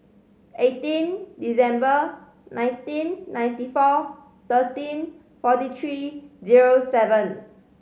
eighteen December nineteen ninety four thirteen forty three zero seven